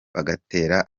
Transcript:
bagatera